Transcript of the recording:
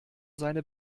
seine